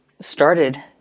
started